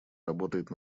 работает